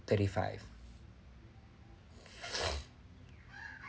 thirty five